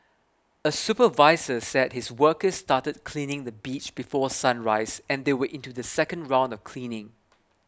a supervisor said his workers started cleaning the beach before sunrise and they were into the second round of cleaning